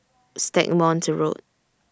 Stagmont Road